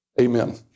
Amen